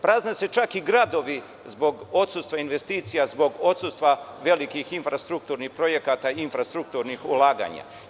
Prazne se čak i gradovi, zbog odsustva investicija, zbog odsustva velikih infrastrukturnih projekata, infrastrukturnih ulaganja.